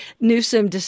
Newsom